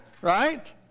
right